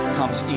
comes